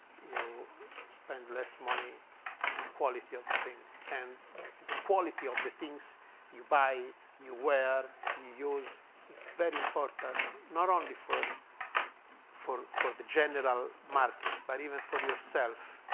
you spend less money in a quality of the thing. and the quality of the things you buy, you wear, you use is very important not only for ah for the general market but even for yourself.